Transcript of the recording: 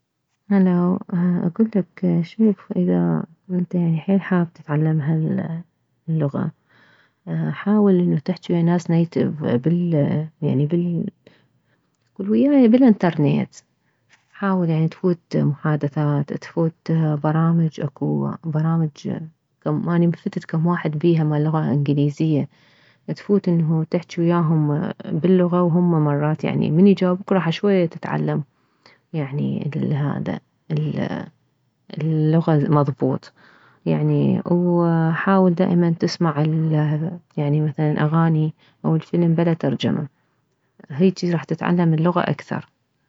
هلاو اكلك شبيك اذا انت يعني حيل حاب تتعلمها اللغة حاول انه تحجي ويه ناس native بال يعني بال كول ويايه بالانترنت حاول يعني تفوت محادثات تفوت برامج اكو برامج كم اني فتت كم واحد بيها ماللغة انكليزية تفوت انه تحجي وياهم باللغة وهم مرات يعني من يجاوبوك راح شوية تتعلم يعني ال هذا اللغة المضبوط يعني وحاول دائما تسمع ال يعني مثلا اغاني او الفلم بلا ترجمة هيجي راح تتعلم اللغة اكثر